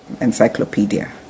encyclopedia